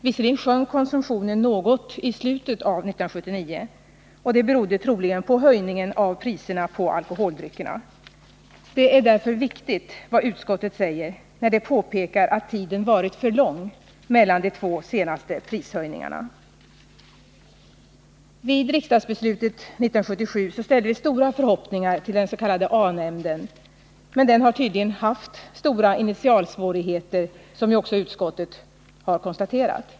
Visserligen sjönk konsumtionen något i slutet av 1979, men det berodde troligen på höjningen av priserna på alkoholdryckerna. Det är därför viktigt vad utskottet säger, när det påpekar att tiden har varit för lång mellan de två senaste prishöjningarna. Vid riksdagsbeslutet 1977 ställde vi stora förhoppningar på den s.k. A-nämnden, men den har tydligen haft stora initialsvårigheter, vilket utskottet också har konstaterat.